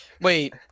Wait